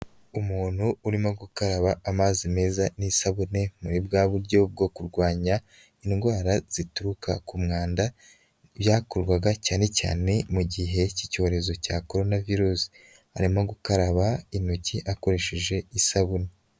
Umuntu urimo gukaraba amazi meza n'isabune muri bwa buryo bwo kurwanya indwara zituruka ku mwanda, byakorwaga cyane cyane mu gihe cy'icyorezo cya Corona virusi, arimo gukaraba intoki akoresheje isabune.